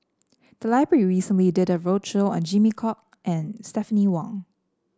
the library recently did a roadshow on Jimmy Chok and Stephanie Wong